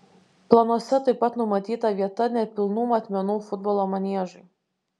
planuose taip pat numatyta vieta nepilnų matmenų futbolo maniežui